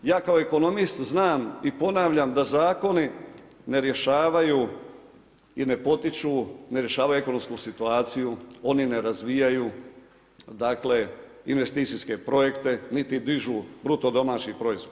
Ja kao ekonomist znam i ponavljam da zakoni ne rješavaju i ne potiču, ne rješavaju ekonomsku situaciju, oni ne razvijaju dakle investicijske projekte niti dižu BDP.